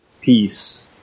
peace